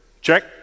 Check